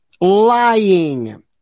lying